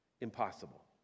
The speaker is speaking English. Impossible